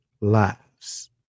lives